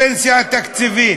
הפנסיה התקציבית.